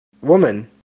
woman